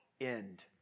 end